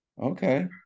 Okay